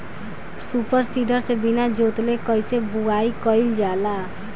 Super seeder से बीना जोतले कईसे बुआई कयिल जाला?